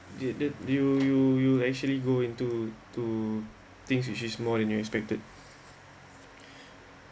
did that you you you actually go into to think which is more than you expected